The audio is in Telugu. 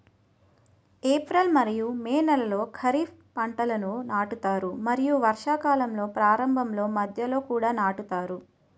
ఏప్రిల్ మరియు మే నెలలో ఖరీఫ్ పంటలను నాటుతారు మరియు వర్షాకాలం ప్రారంభంలో మధ్యలో కూడా నాటుతారు